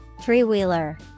Three-wheeler